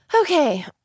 Okay